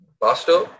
pastor